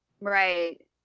Right